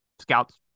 scouts